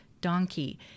donkey